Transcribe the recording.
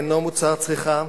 אינו מוצר צריכה,